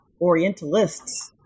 orientalists